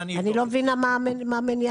אני לא מבינה מהו המניע.